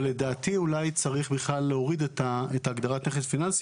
לדעתי אולי צריך להוריד בכלל להוריד את ההגדרה הזאת.